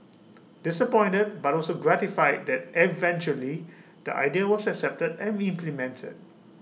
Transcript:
disappointed but also gratified that eventually the idea was accepted and implemented